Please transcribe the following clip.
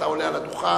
אתה עולה על הדוכן.